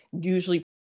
usually